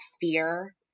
fear